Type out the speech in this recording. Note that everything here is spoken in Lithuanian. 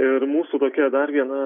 ir mūsų tokia dar viena